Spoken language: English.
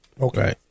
Okay